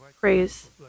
praise